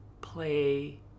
play